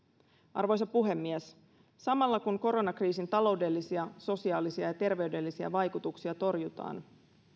arvoisa puhemies samalla kun koronakriisin taloudellisia sosiaalisia ja terveydellisiä vaikutuksia torjutaan